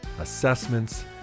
assessments